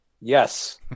yes